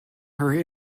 her